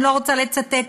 אני לא רוצה לצטט,